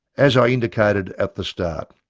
as i indicated at the start,